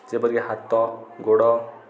ଯେପରିକି ହାତ ଗୋଡ଼